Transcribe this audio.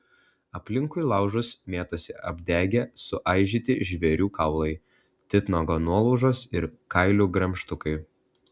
aplinkui laužus mėtosi apdegę suaižyti žvėrių kaulai titnago nuolaužos ir kailių gremžtukai